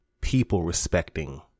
people-respecting